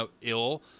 ill